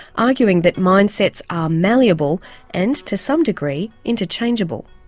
arguing that mindsets are malleable and, to some degree, interchangeable.